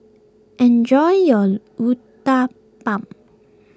enjoy your Uthapam